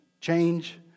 change